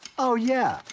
oh, yeah,